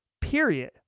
period